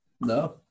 no